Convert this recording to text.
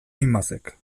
imazek